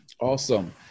Awesome